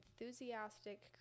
enthusiastic